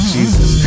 Jesus